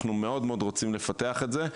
אנחנו מאוד מאוד רוצים לפתח את זה,